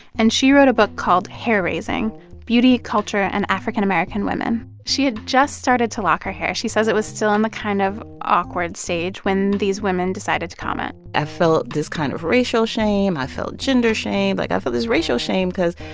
and she wrote a book called hair raising beauty, culture and african-american women. she had just started to lock her hair. she says it was still in the um ah kind of awkward stage when these women decided to comment i felt this kind of racial shame. i felt gender shame. like, i felt this racial shame because,